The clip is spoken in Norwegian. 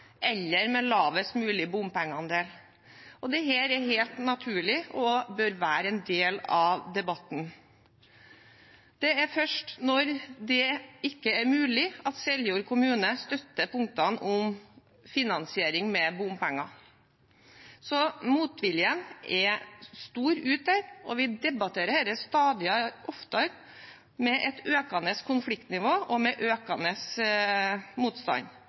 eller med lavest mulig bompengeandel. Dette er helt naturlig og bør være en del av debatten. Det er først når det ikke er mulig, at Seljord kommune støtter punktene om finansiering med bompenger. Motviljen er stor der ute, og vi debatterer dette stadig oftere med et økende konfliktnivå og med økende motstand.